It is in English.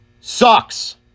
sucks